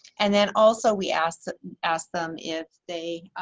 and then also we ask and ask them if they,